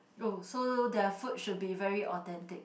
oh so their food should be very authentic